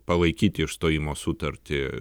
palaikyti išstojimo sutartį